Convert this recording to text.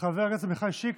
חבר הכנסת עמיחי שיקלי,